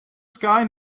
sky